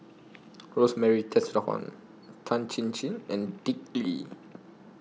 Rosemary Tessensohn Tan Chin Chin and Dick Lee